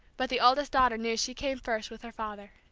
but the oldest daughter knew she came first with her father.